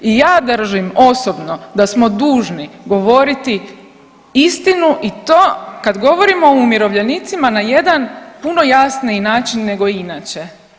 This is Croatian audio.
I ja držim osobno da smo dužni govoriti istinu i to kad govorimo o umirovljenicima na jedan puno jasniji način nego inače.